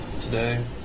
today